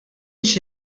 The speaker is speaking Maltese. biex